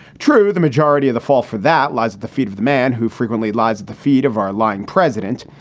true, the majority of the fault for that lies at the feet of the man who frequently lies at the feet of our lying president.